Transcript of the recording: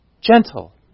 gentle